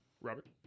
Robert